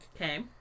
Okay